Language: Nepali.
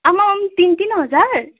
आम्माम तिन तिन हजार